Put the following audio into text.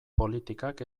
politikak